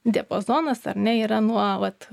diapazonas ar ne yra nuo vat